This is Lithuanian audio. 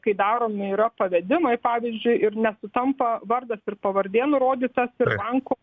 kai daromi yra pavedimai pavyzdžiui ir nesutampa vardas ir pavardė nurodytas ir bankų